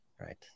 right